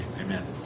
amen